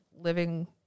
living